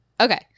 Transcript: Okay